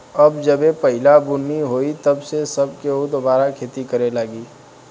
अब जबे पहिला बुनी होई तब से सब केहू दुबारा खेती करे लागी